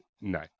no